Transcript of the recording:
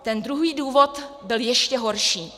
Ten druhý důvod byl ještě horší.